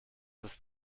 ist